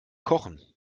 kochen